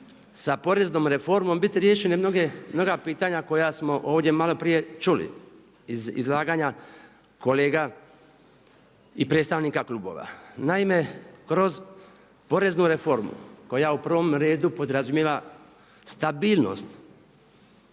sa poreznom reformom biti riješene mnoga pitanja koja smo ovdje maloprije čuli iz izlaganja kolega i predstavnika klubova. Naime, kroz poreznu reformu, koja u prvom redu podrazumijeva stabilnost